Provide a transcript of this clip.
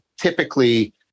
typically